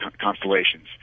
constellations